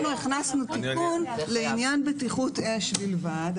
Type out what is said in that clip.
אנחנו הכנסנו תיקון לעניין בטיחות אש בלבד,